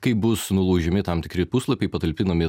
kai bus nulaužiami tam tikri puslapiai patalpinami į